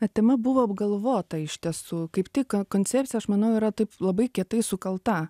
ta tema buvo apgalvota iš tiesų kaip tik koncepcija aš manau yra taip labai kietai sukalta